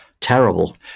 terrible